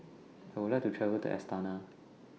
I Would like to travel to Astana